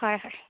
হয় হয়